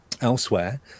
elsewhere